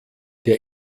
der